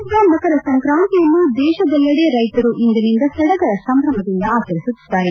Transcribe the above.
ಸುಗ್ಗಿಹಬ್ಪ ಮಕರ ಸಂಕ್ರಾಂತಿಯನ್ನು ದೇಶದೆಲ್ಲೆಡೆ ರೈತರು ಇಂದಿನಿಂದ ಸಡಗರ ಸಂಭ್ರಮದಿಂದ ಆಚರಿಸುತ್ತಿದ್ದಾರೆ